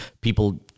people